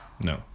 No